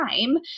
time